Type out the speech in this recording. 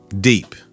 Deep